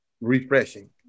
refreshing